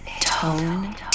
Tone